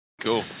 Cool